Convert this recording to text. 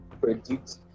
predict